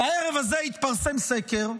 הערב הזה התפרסם סקר,